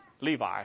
Levi